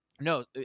no